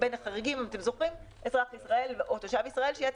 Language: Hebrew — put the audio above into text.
בין החריגים זה אזרח או תושב ישראלי או